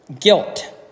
guilt